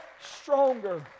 stronger